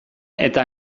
eta